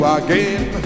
again